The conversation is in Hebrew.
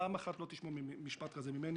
פעם אחת לא תשמעו משפט כזה ממני.